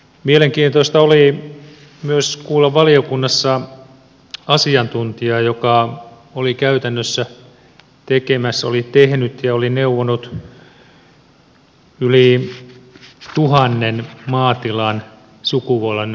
mielenkiintoista oli myös kuulla valiokunnassa asiantuntijaa joka oli käytännössä tehnyt ja neuvonut yli tuhannen maatilan sukupolvenvaihdoksen